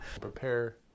Prepare